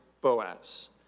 boaz